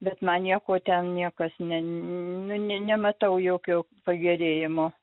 bet man nieko ten niekas ne nu nematau jokio pagerėjimo